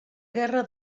guerra